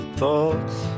thoughts